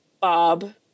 Bob